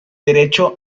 derecho